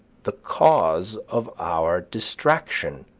the cause of our distraction.